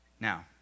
Now